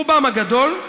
רובם הגדול,